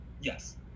yes